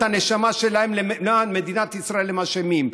הנשמה שלהם למען מדינת ישראל הם אשמים.